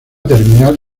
terminal